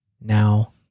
now